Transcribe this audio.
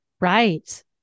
Right